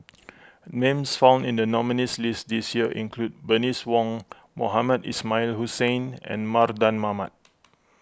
names found in the nominees' list this year include Bernice Wong Mohamed Ismail Hussain and Mardan Mamat